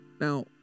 Now